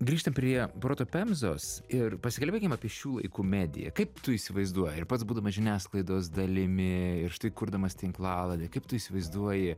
grįžtam prie proto pemzos ir pasikalbėkim apie šių laikų mediją kaip tu įsivaizduoji ir pats būdamas žiniasklaidos dalimi ir štai kurdamas tinklalaidę kaip tu įsivaizduoji